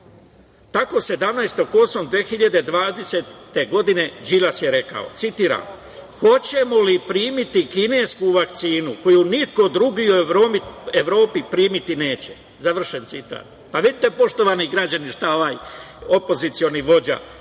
Tako 17.8.2020. godine Đilas je rekao, citira: „hoćemo li primiti kinesku vakcinu koju niko drugi u Evropi primiti neće?“, završen citat. Vidite, poštovani građani, šta ovaj opoziciono vođa